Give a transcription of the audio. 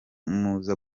muza